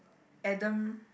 Adam